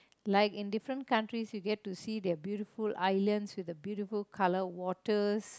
like in different countries you get to see the beautiful islands with the beautiful colour waters